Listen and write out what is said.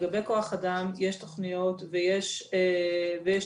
לגבי כוח אדם יש תוכניות ויש תמריצים.